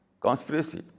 conspiracy